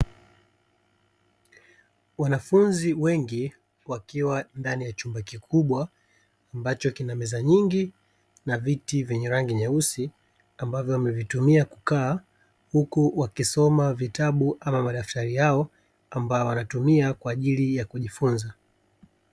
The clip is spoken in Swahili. Wanafunzi wengi wakiwa ndani ya chumba kikubwa ambacho kina meza nyingi na viti vyenye rangi nyeusi ambavyo wamevitumia kukaa, huku wakisoma vitabu ama madaftari yao ambayo wanayatumia kujifunza.